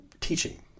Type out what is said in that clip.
teaching